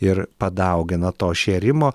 ir padaugina to šėrimo